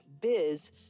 biz